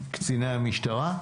קציני המשטרה.